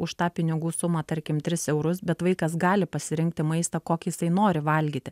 už tą pinigų sumą tarkim tris eurus bet vaikas gali pasirinkti maistą kokį jisai nori valgyti